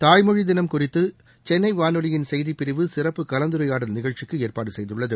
தாய்மொழி தினம் குறித்து சென்னை வானொலியின் செய்திப் பிரிவு சிறப்பு கலந்துரையாடல் நிகழ்ச்சிக்கு ஏற்பாடு செய்துள்ளது